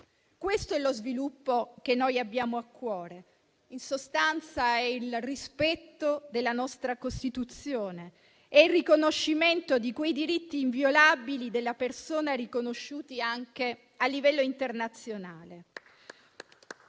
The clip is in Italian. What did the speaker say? Questo è lo sviluppo che abbiamo a cuore: in sostanza è il rispetto della nostra Costituzione, il riconoscimento di quei diritti inviolabili della persona, riconosciuti anche a livello internazionale.